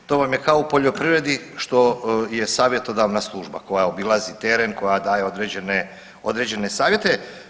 Je, to vam je kao u poljoprivredi, što je savjetodavna služba koja obilazi teren, koja daje određene savjete.